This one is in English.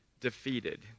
defeated